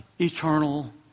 eternal